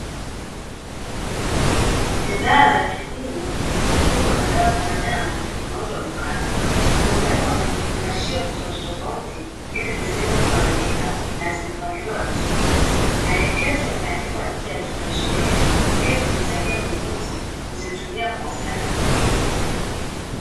Bidhaa za kilimo mifugo na dawa za wanyama zinauzwa dukani zimewekwa kwenye kifungashio tofautitofauti, ili zisiweze kuharibika, na zimepangiliwa vizuri maelekezo yameandikwa nje ya vifungashio hivyo ili kumsaidia mnunuuzi kuzitumia kwa usahihi.